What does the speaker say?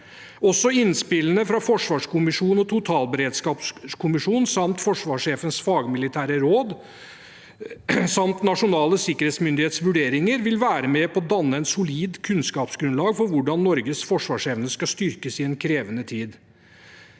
Også innspillene fra forsvarskommisjonen og totalberedskapskommisjonen samt forsvarssjefens fagmilitære råd og Nasjonal sikkerhetsmyndighets vurderinger vil være med på å danne et solid kunnskapsgrunnlag for hvordan Norges forsvarsevne skal styrkes i en krevende tid.